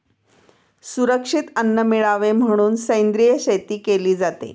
सुरक्षित अन्न मिळावे म्हणून सेंद्रिय शेती केली जाते